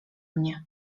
mnie